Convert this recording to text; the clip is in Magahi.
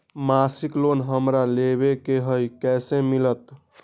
मासिक लोन हमरा लेवे के हई कैसे मिलत?